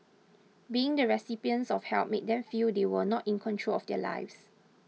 being the recipients of help made them feel they were not in control of their lives